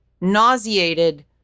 nauseated